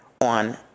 on